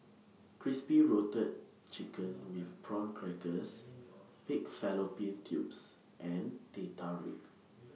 Crispy routed Chicken with Prawn Crackers Pig Fallopian Tubes and Teh Tarik